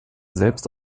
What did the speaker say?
selbst